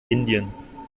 indien